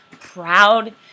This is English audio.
proud